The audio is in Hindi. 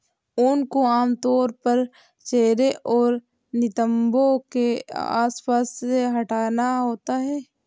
ऊन को आमतौर पर चेहरे और नितंबों के आसपास से हटाना होता है